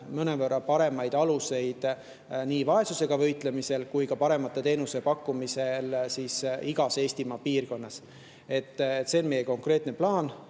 paremad alused nii vaesusega võitlemiseks kui ka paremate teenuste pakkumiseks igas Eestimaa piirkonnas. See on konkreetne plaan,